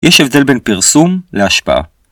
יש הבדל בין פרסום להשפעה